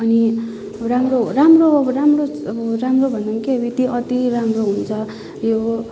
अनि राम्रो राम्रो अब राम्रो अब राम्रो भनौँ के यो चाहिँ अति राम्रो हुन्छ यो